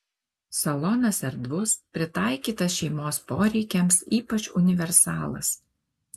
salonas erdvus pritaikytas šeimos poreikiams ypač universalas